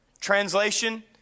Translation